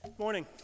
Morning